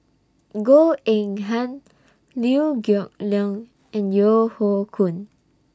Goh Eng Han Liew Geok Leong and Yeo Hoe Koon